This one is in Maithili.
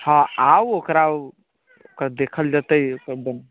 हँ आउ ओकरा ओकर देखल जेतै